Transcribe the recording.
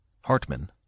Hartman